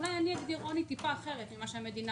אולי אני אגדיר עוני טיפה אחרת ממה שהמדינה